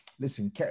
listen